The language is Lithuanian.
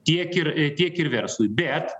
tiek ir tiek ir verslui bet